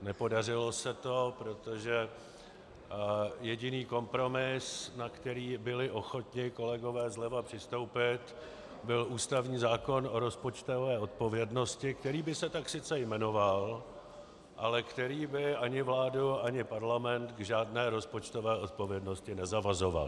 Nepodařilo se to, protože jediný kompromis, na který byli ochotni kolegové zleva přistoupit, byl zákon o rozpočtové odpovědnosti, který by se tak sice jmenoval, ale který by ani vládu, ani Parlament k žádné rozpočtové odpovědnosti nezavazoval.